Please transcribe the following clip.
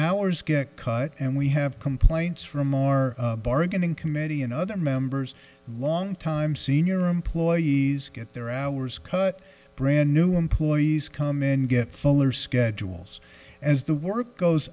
hours get cut and we have complaints from our bargaining committee and other members long time senior employees get their hours cut brand new employees come in get fuller schedules as the work goes